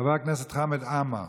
חבר הכנסת חמד עמאר